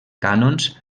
cànons